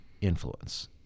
influence